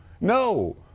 No